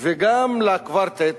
וגם לקוורטט,